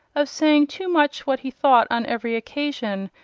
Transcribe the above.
of saying too much what he thought on every occasion,